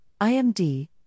IMD